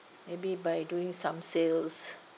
maybe by doing some sales